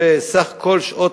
אם בסך כל שעות